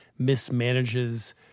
mismanages